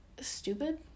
stupid